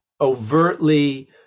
overtly